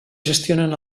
gestionen